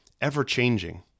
ever-changing